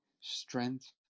strength